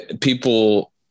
people